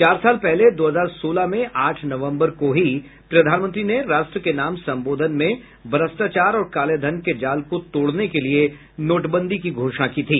चार साल पहले दो हजार सोलह में आठ नवंबर को ही प्रधानमंत्री ने राष्ट्र के नाम संबोधन में भ्रष्टाचार और काले धन के जाल को तोड़ने के लिए नोटबंदी की घोषणा की थी